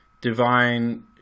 divine